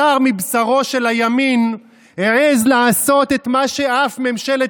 בשר מבשרו של הימין העז לעשות את מה שאף ממשלת